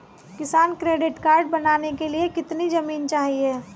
किसान credit card बनाने के लिए कितनी जमीन चाहिए?